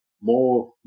More